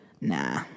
Nah